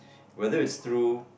whether it's through